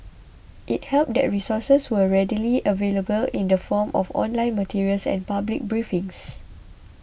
it helped that resources were readily available in the form of online materials and public briefings